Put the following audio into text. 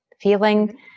feeling